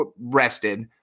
rested